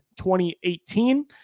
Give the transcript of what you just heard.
2018